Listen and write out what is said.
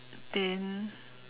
then